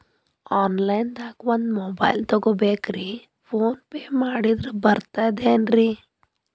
Online ದಾಗ ಒಂದ್ mobile ತಗೋಬೇಕ್ರಿ ಫೋನ್ ಪೇ ಮಾಡಿದ್ರ ಬರ್ತಾದೇನ್ರಿ?